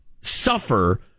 suffer